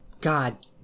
God